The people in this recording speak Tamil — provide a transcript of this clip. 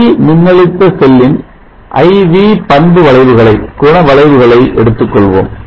ஒளிமின்னழுத்த செல்லின் I V பண்புவளைவுகளை குணவளைவு எடுத்துக்கொள்வோம்